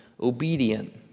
obedient